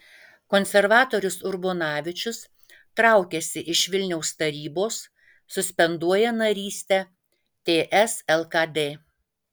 konservatorius urbonavičius traukiasi iš vilniaus tarybos suspenduoja narystę ts lkd